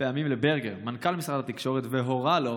פעמים לברגר" מנכ"ל משרד התקשורת, "והורה לו,